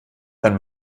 wenn